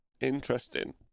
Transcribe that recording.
Interesting